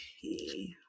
okay